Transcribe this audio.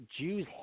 Jews